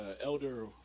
elder